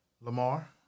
Lamar